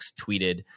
tweeted